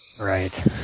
Right